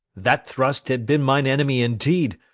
that thrust had been mine enemy indeed,